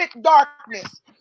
darkness